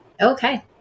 Okay